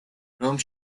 რომ